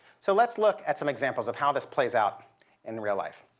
so let's look at some examples of how this plays out in real life.